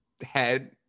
head